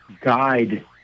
guide